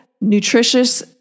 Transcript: nutritious